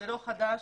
לא חדש.